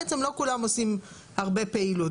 בעצם לא כולם עושים הרבה פעילות.